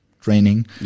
training